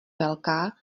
velká